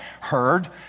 heard